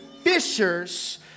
fishers